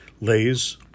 lays